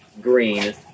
Green